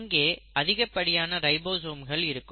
இங்கே அதிகப்படியான ரைபோசோம்கள் இருக்கும்